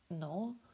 No